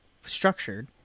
structured